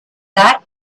that